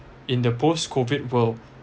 in the post COVID world